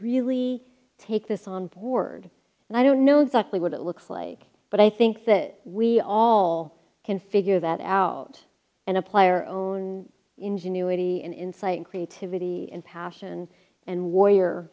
really take this on board and i don't know exactly what it looks like but i think that we all can figure that out and a player own ingenuity and insight and creativity and passion and warrior